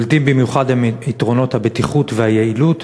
בולטים במיוחד הם יתרונות הבטיחות והיעילות,